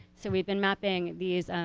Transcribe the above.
so we've been mapping these